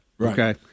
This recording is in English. okay